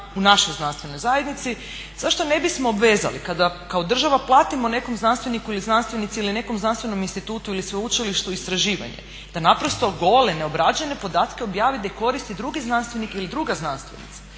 u našem znanstvenoj zajednici, zašto ne bismo obvezali kada kao država platimo nekom znanstveniku ili znanstvenici ili nekom znanstvenom institutu ili sveučilištu istraživanje da naprosto gole neobrađene podatke objavi i da ih koristi drugi znanstvenik ili druga znanstvenica.